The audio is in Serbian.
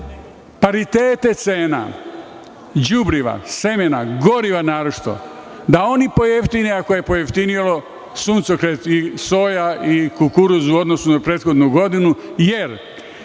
paritete cena, đubriva, semena, goriva naročito, da oni pojeftine ako je pojeftinio suncokret, soja i kukuruz u odnosu na prethodnu godinu, jer